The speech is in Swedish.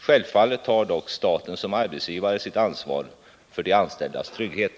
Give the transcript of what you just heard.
Självfallet tar dock staten som arbetsgivare sitt ansvar för de anställdas trygghet.